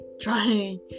trying